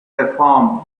perform